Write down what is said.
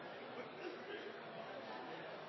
var en